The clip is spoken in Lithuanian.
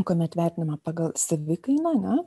kuomet vertinima pagal savikainą ane